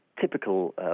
typical